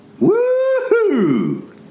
woohoo